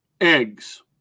eggs